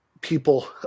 people